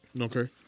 Okay